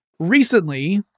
Recently